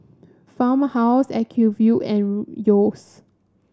Farmhouse Acuvue and Yeo's